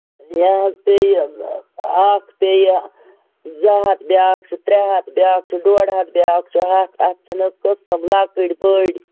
یا پیٚیہِ اکھ پیٚیہِ زٕ ہَتھ بیٛاکھ چھُ ترٛےٚ ہَتھ بیٛاکھ چھُ ڈۅڈ ہَتھ بیٛاکھ چھُ ہَتھ اتَھ چھُنہٕ تِتھٕ پٲٹھۍ لۄکٔٹۍ بٔڈۍ